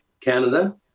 Canada